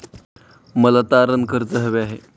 मला तारण कर्ज हवे आहे